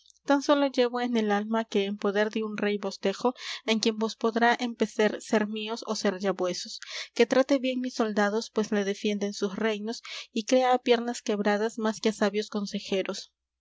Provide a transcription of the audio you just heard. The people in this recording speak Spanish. tan sólo llevo en el alma que en poder de un rey vos dejo en quien vos podrá empecer ser míos ó ser ya vuesos que trate bien mis soldados pues le defienden sus reinos y crea á piernas quebradas más que á sabios consejeros